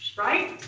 right?